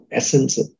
essence